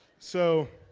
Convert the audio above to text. so,